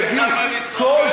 האלה יגיעו, וכמה נשרפים?